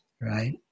right